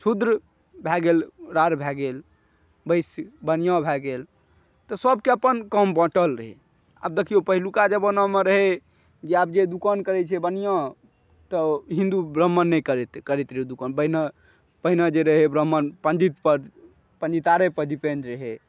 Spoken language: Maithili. शूद्र भै गेल राड़ भै गेल वैश्य बनिआ भै गेल तऽ सभके अपन काम बाँटल रहै आब देखिऔ पहिलुका जमानामे रहय या जे दोकान करैत छै बनिआ तऽ हिन्दु ब्राह्मण नहि करैत रहय दोकान पहिने जे रहय ब्राह्मण पण्डित पर पण्डितारे पर डिपेण्ड रहय